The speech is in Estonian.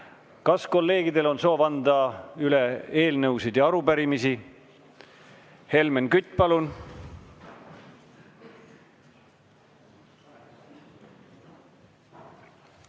Kas kolleegidel on soovi anda üle eelnõusid ja arupärimisi? Helmen Kütt, palun!